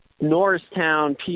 Norristown